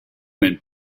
went